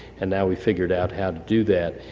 and now we figured out how to do that.